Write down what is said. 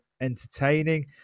entertaining